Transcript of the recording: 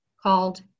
called